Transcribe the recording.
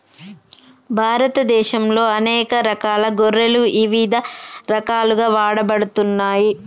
భారతదేశంలో అనేక రకాల గొర్రెలు ఇవిధ రకాలుగా వాడబడుతున్నాయి